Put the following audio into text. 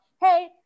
hey